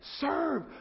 Serve